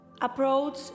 approach